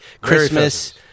Christmas